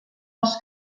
els